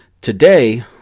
Today